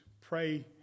pray